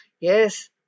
Yes